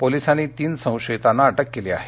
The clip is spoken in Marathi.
पोलिसांनी तीन संशयितांना अटक केली आहे